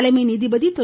தலைமை நீதிபதி திரு